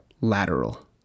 lateral